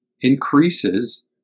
increases